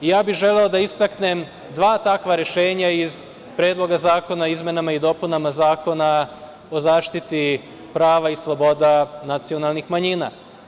Ja bih želeo da istaknem dva takva rešenja iz Predloga zakona o izmenama i dopunama Zakona o zaštiti prava i sloboda nacionalnih manjina.